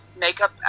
makeup